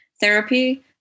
therapy